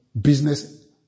business